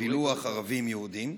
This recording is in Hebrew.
בפילוח של ערבים ויהודים?